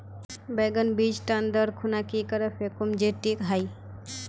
बैगन बीज टन दर खुना की करे फेकुम जे टिक हाई?